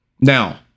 Now